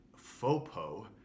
FOPO